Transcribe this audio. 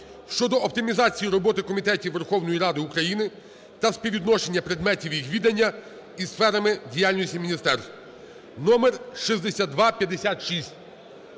щодо оптимізації роботи комітетів Верховної Ради України та співвідношення предметів їх відання із сферами діяльності міністерств (№ 6256).